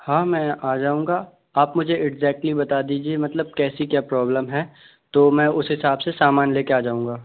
हाँ मैं आ जाऊँगा आप मुझे इट्ज़ेक्टली बता दीजिए मतलब कैसी क्या प्रोब्लम है तो मैं उस हिसाब से सामान ले के आ जाऊँगा